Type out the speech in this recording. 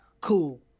Cool